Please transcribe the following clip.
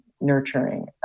nurturing